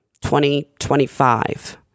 2025